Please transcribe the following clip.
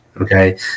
okay